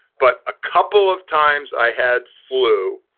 but a couple of times i had flu,